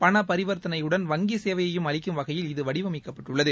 பண பரிவர்தனையுடன் வங்கி சேவையையும் அளிக்கும் வகையில் இது வடிவமைக்கப்பட்டுள்ளது